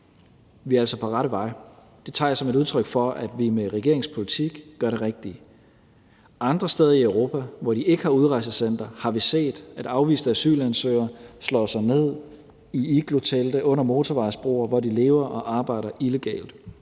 Vi er altså på rette vej. Det tager jeg som et udtryk for, at vi med regeringens politik gør det rigtige. Andre steder i Europa, hvor de ikke har udrejsecentre, har vi set, at afviste asylansøgere slår sig ned i iglotelte under motorvejsbroer, hvor de lever og arbejder illegalt.